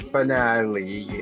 finale